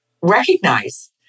recognize